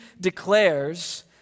declares